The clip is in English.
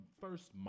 first